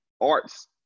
arts